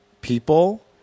people